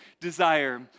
desire